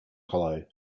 hollow